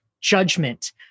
judgment